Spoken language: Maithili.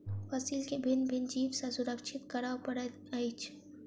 फसील के भिन्न भिन्न जीव सॅ सुरक्षित करअ पड़ैत अछि